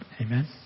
Amen